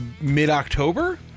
mid-October